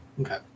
Okay